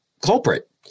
culprit